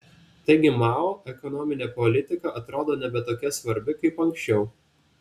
taigi mao ekonominė politika atrodo nebe tokia svarbi kaip anksčiau